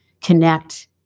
connect